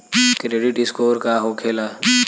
Credit score का होखेला?